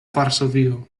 varsovio